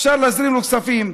אפשר להזרים לו כספים,